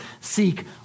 seek